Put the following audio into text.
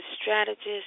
strategist